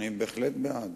אני בהחלט בעד,